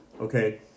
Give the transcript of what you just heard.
okay